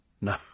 No